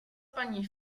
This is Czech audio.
paní